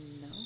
No